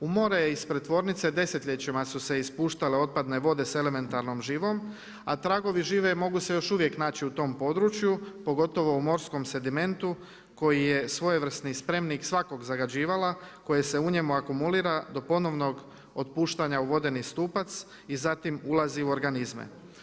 U more je ispred tvornice desetljećima su se ispuštale otpadne vode sa elementarnom živom a tragovi žive mogu se još uvijek naći u tom području pogotovo u morskom sedimentu koji je svojevrsni spremnik svakog zagađivala koje se u njemu akumulira do ponovnog otpuštanja u vodeni stupac i zatim ulazi u organizme.